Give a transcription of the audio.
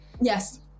Yes